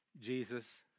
Jesus